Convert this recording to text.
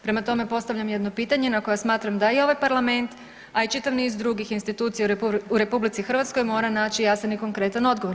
Prema tome, postavljam jedno pitanje na koje smatram da i ovaj parlament, a i čitav niz drugih institucija u RH mora naći jasan i konkretan odgovor.